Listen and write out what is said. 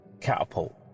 catapult